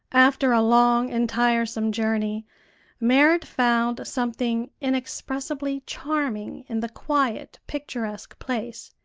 after a long and tiresome journey merrit found something inexpressibly charming in the quiet, picturesque place,